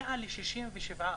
ל-67%.